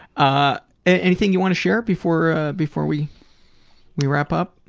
ah anything you wanna share before ah before we we wrap up?